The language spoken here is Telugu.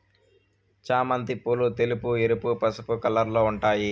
చామంతి పూలు తెలుపు, ఎరుపు, పసుపు కలర్లలో ఉంటాయి